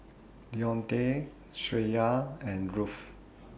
Dionte Shreya and Ruth